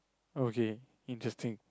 okay interesting